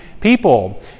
people